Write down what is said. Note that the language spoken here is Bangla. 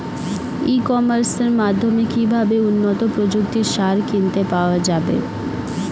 ই কমার্সের মাধ্যমে কিভাবে উন্নত প্রযুক্তির সার কিনতে পাওয়া যাবে?